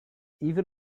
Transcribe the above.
even